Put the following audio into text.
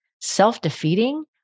Self-defeating